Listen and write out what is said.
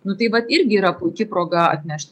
nu tai vat irgi yra puiki proga atnešt